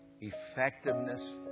effectiveness